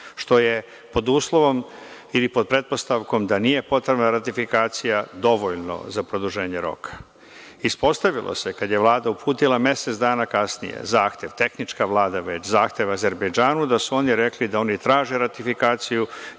što je pod uslovom ili pod pretpostavkom da nije potrebna ratifikacija dovoljno za produženje roka. Ispostavilo se kada je Vlada uputila mesec dana kasnije zahtev, tehnička Vlada zahtev Azerbejdžanu da su oni rekli da oni traže ratifikaciju